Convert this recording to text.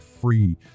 free